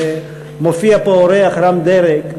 כשמופיע פה אורח רם דרג,